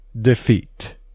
defeat